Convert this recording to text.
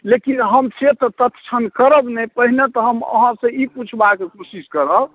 लेकिन हम से तऽ तत्क्षण करब नहि पहिने तऽ हम अहाँसँ ई पुछबाके कोशिश करब